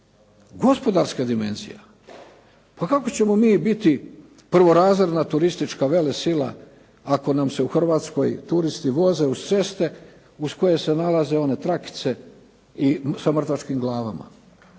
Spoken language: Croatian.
gospodarska dimenzija. Pa kako ćemo mi biti prvorazredna turistička velesila ako nam se u Hrvatskoj turisti voze uz ceste uz koje se nalaze one trakice sa mrtvačkim glavama.